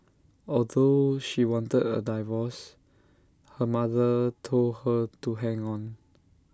although she wanted A divorce her mother told her to hang on